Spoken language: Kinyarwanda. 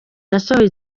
yasohoye